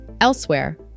Elsewhere